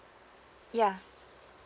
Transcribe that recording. yeah